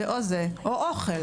זה או זה או אוכל.